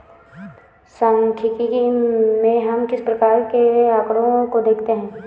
सांख्यिकी में हम किस प्रकार के आकड़ों को देखते हैं?